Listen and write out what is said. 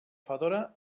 fedora